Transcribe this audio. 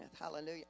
Hallelujah